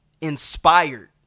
inspired